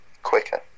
quicker